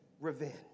revenge